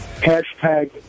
Hashtag